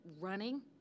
running